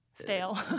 stale